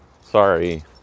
sorry